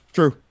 True